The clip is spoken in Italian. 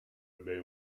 ebbe